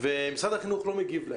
משרד החינוך לא מגיב.